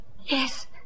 Yes